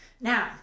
Now